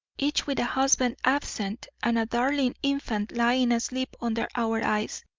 each with a husband absent and a darling infant lying asleep under our eyes,